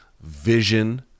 vision